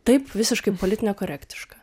taip visiškai polit nekorektiška